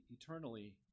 eternally